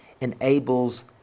enables